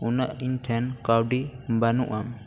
ᱩᱱᱟᱹᱜ ᱤᱧ ᱴᱷᱮᱱ ᱠᱟᱹᱣᱰᱤ ᱵᱟᱱᱩᱜᱼᱟ